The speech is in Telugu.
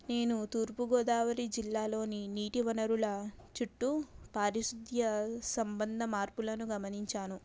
నేను తూర్పు గోదావరి జిల్లాలోని నీటి వనరుల చుట్టూ పారిశుధ్య సంబంధ మార్పులను గమనించాను